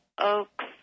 oaks